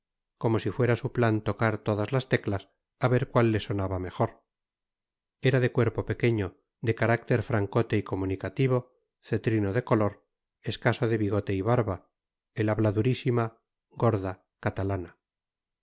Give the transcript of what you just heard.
como si fuera su plan tocar todas las teclas a ver cuál le sonaba mejor era de cuerpo pequeño de carácter francote y comunicativo cetrino de color escaso de bigote y barba el habla durísima gorda catalana